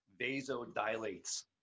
vasodilates